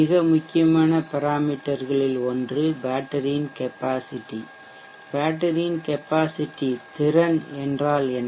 மிக முக்கியமான பெராமீட்டர்கள்களில் ஒன்று பேட்டரியின் கெப்பாசிட்டிதிறன் பேட்டரியின் கெப்பாசிட்டி திறன் என்றால் என்ன